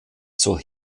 zur